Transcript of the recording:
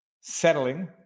settling